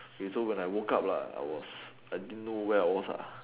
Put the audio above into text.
okay so when I woke up lah I was I didn't know where I was lah